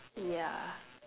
yeah